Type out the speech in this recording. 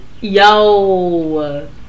Yo